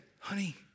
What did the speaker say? honey